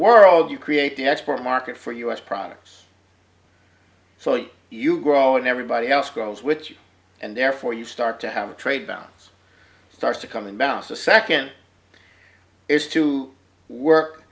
world you create the export market for u s products so you grow and everybody else grows with you and therefore you start to have a trade balance starts to come in balance the second is to work